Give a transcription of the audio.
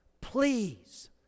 please